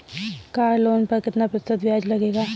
Car loan पर कितना प्रतिशत ब्याज लगेगा?